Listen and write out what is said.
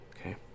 Okay